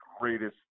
greatest